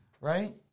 Right